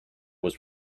was